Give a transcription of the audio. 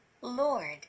Lord